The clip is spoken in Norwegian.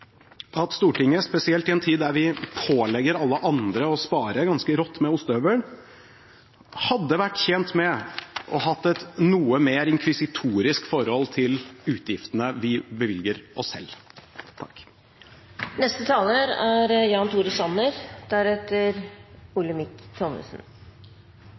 Stortinget, spesielt i en tid der vi pålegger alle andre å spare ganske rått med ostehøvel, hadde vært tjent med å ha et noe mer inkvisitorisk forhold til utgiftene vi bevilger oss selv.